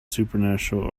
supernatural